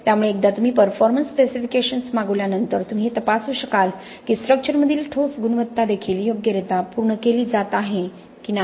त्यामुळे एकदा तुम्ही परफॉर्मन्स स्पेसिफिकेशन्स मागवल्यानंतर तुम्ही हे तपासू शकाल की स्ट्रक्चरमधील ठोस गुणवत्ता देखील योग्यरित्या पूर्ण केली जात आहे की नाही